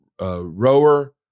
rower